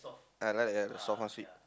uh right right soft one sweet